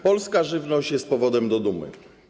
Polska żywność jest powodem do dumy.